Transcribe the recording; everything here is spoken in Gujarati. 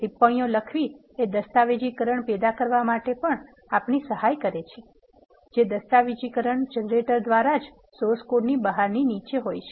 ટિપ્પણીઓ લખવી એ દસ્તાવેજીકરણ પેદા કરવામાં પણ અમારી સહાય કરે છે જે દસ્તાવેજીકરણ જનરેટર દ્વારા જ સોર્સ કોડની બહારની હોય છે